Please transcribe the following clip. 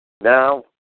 Now